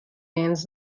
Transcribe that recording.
wins